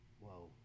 whoa